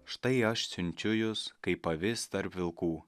štai aš siunčiu jus kaip avis tarp vilkų